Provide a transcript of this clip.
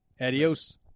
Adios